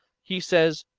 he says,